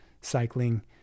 cycling